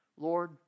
Lord